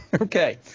Okay